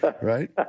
right